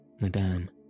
Madame